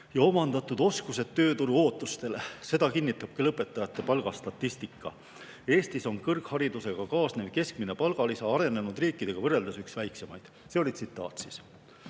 ja omandatud oskused tööturu ootustele. Seda kinnitab ka lõpetajate palgastatistika. Eestis on kõrgharidusega kaasnev keskmine palgalisa arenenud riikidega võrreldes üks väiksemaid." See oli tsitaat.